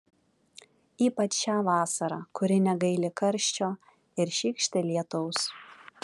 ypač šią vasarą kuri negaili karščio ir šykšti lietaus